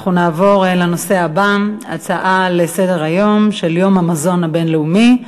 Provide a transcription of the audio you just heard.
אנחנו נעבור לנושא הבא: יום המזון הבין-לאומי,